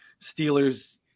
Steelers